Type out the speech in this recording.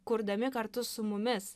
kurdami kartu su mumis